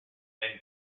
then